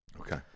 okay